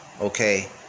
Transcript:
okay